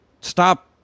Stop